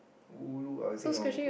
ulu I think I would